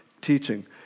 teaching